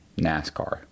NASCAR